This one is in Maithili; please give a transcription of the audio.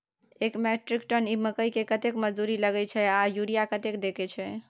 एक मेट्रिक टन मकई में कतेक मजदूरी लगे छै आर यूरिया कतेक देके छै?